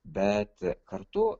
bet kartu